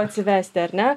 atsivesti ar ne